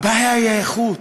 הבעיה היא האיכות.